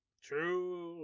True